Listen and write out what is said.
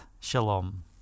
Shalom